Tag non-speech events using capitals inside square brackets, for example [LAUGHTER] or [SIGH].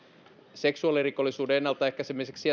seksuaalirikollisuuden ennaltaehkäisemiseksi [UNINTELLIGIBLE]